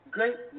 Great